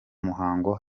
muhango